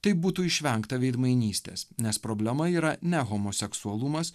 taip būtų išvengta veidmainystės nes problema yra ne homoseksualumas